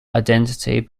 identity